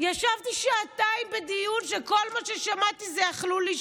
ישבתי שעתיים בדיון וכל מה ששמעתי זה: אכלו לי,